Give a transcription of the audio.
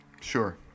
Sure